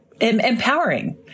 empowering